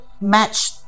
match